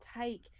take –